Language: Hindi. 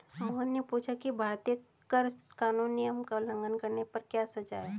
मोहन ने पूछा कि भारतीय कर कानून नियम का उल्लंघन करने पर क्या सजा है?